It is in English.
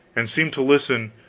and seemed to listen